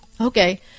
okay